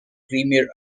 premier